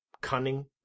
cunning